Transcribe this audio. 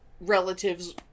relatives